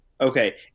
Okay